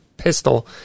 pistol